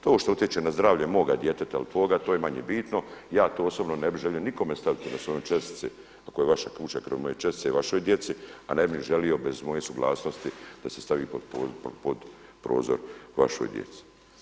To što utječe na zdravlje moga djeteta ili tvoga to je manje bitno, ja to osobno ne bih želio nikome staviti na svoje čestice ako je vaša kuća kraj moje čestice i vašoj djeci, a ne bi želio bez moje suglasnosti da se stavi pod prozor vašoj djeci.